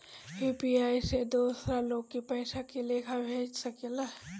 UPI से दोसर लोग के पइसा के लेखा भेज सकेला?